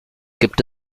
gibt